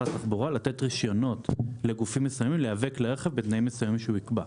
התחבורה לתת רשיונות לגופים מסוימים לייבא כלי רכב בתנאים מסוימים שיקבע.